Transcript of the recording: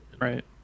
Right